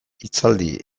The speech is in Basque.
hitzaldi